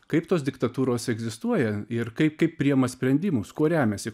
kaip tos diktatūros egzistuoja ir kaip kaip priėma sprendimus kuo remiasi